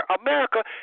America